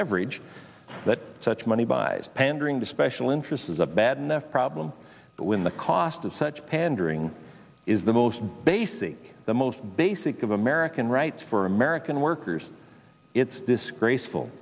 leverage that such money buys pandering to special interests is a bad enough problem but when the cost of such pandering is the most basic the most basic of american rights for american workers it's disgraceful